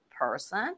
person